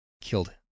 killed